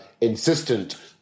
insistent